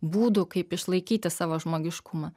būdų kaip išlaikyti savo žmogiškumą